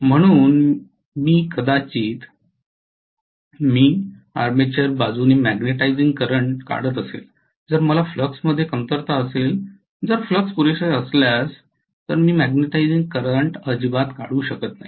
म्हणून मी कदाचित मी आर्मेचर बाजूने मॅग्नेटिझिंग करंट काढत असेल जर मला फ्लक्समध्ये कमतरता असेल जर फ्लक्स पुरेसे असल्यास तर मी मॅग्नेटिझिंग करंट अजिबात काढू शकत नाही